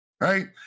right